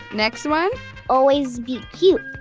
next one always be cute.